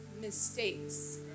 mistakes